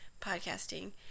podcasting